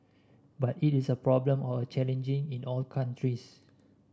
but it is a problem or a challenge in all countries